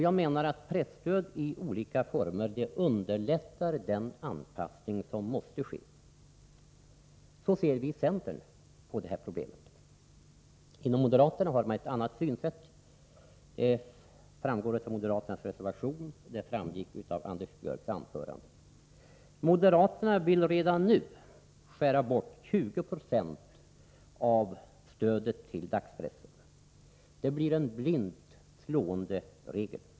Jag menar att presstöd i olika former underlättar den anpassning som måste ske. Så ser vi i centern på det problemet. Moderaterna har ett annat synsätt, som framgår av deras reservation 1 och som också framhölls i Anders Björcks anförande. Moderaterna vill redan nu skära bort 20 90 av stödet till dagspressen. Det blir en blint slående regel.